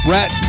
Rat